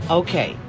okay